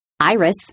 Iris